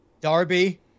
Darby